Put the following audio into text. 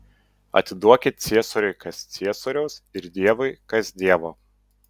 atiduokit ciesoriui kas ciesoriaus ir dievui kas dievo